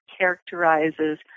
characterizes